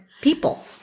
people